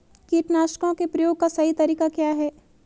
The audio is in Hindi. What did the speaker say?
कीटनाशकों के प्रयोग का सही तरीका क्या है?